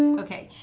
and okay,